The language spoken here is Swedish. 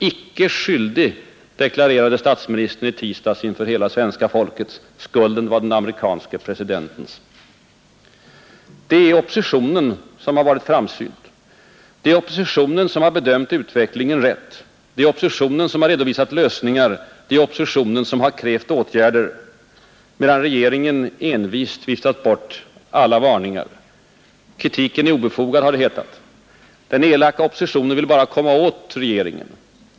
”Icke skyldig”, deklarerade statsministern i tisdags inför hela svenska folket. Skulden var den amerikanske presidentens. Det är oppositionen som har varit framsynt. Det är oppositionen som har bedömt utvecklingen rätt. Det är oppositionen som har redovisat lösningar. Det är oppositionen som har krävt åtgärder medan regeringen envist viftat bort alla varningar. Kritiken är obefogad, har det hetat. Den elaka oppositionen vill bara komma åt regeringen.